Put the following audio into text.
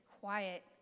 quiet